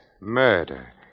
murder